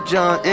John